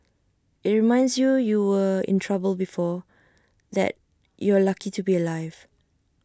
IT reminds you you were in trouble before that you're lucky to be alive